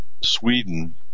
Sweden